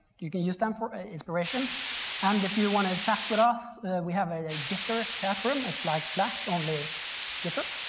you can use them for inspiration and if you want to chat with us we have a gitter chat room. it's like slack only gitter.